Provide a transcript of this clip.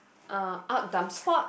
uh out dumb sport